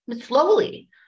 Slowly